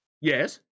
Yes